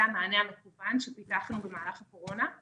המענה המקוון שפיתחנו במהלך הקורונה.